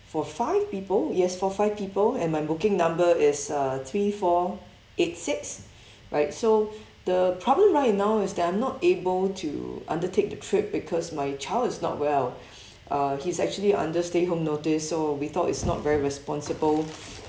for five people yes for five people and my booking number is uh three four eight six right so the problem right now is that I'm not able to undertake the trip because my child is not well uh he's actually under stay home notice so we thought is not very responsible